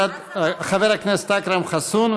חבר הכנסת אכרם חסון,